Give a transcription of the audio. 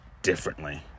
differently